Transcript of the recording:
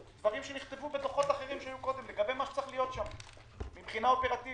כולל מבחינת סגירת המקום למספר אנשים מצומצם יותר כדי שלא יקרה אסון.